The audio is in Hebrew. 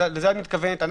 לזה את מתכוונת.